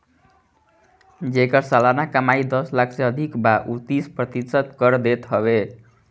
जेकर सलाना कमाई दस लाख से अधिका बा उ तीस प्रतिशत कर देत हवे